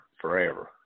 forever